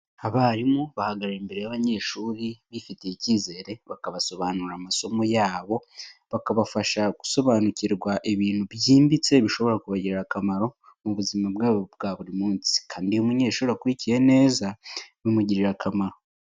Abarimu bahagarara imbere y'abanyeshuri bifitiye icyizere bakabasobanurira amasomo yabo, bakabafasha gusobanukirwa ibintu byimbitse bishobora kubagirira akamaro mu buzima bwabo bwa buri munsi, kandi iyo umunyeshuri akurikiye neza bimugirira akamaro.